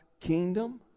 kingdom